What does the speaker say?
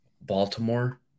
Baltimore